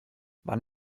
wann